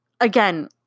again